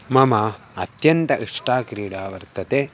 मम अत्यन्तम् इष्टा क्रीडा वर्तते